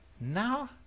now